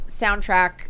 soundtrack